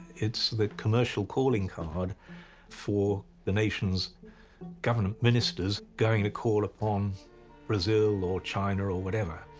it's that commercial calling card for the nations government ministers going to call upon brazil or china or or whatever.